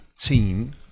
team-